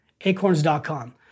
acorns.com